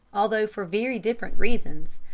although for very different reasons,